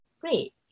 Great